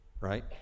right